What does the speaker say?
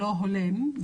לא רק ייצוג הולם,